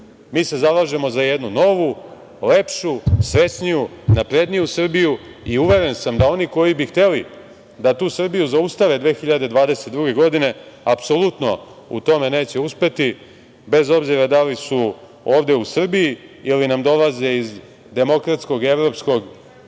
se zalažemo za jednu novu, lepšu, srećniju, napredniju Srbiju i uveren sam da oni koji bi hteli da tu Srbiju zaustave 2022. godine apsolutno u tome neće uspeti bez obzira da li su ovde u Srbiji ili nam dolaze iz demokratskog i evropskog